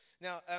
Now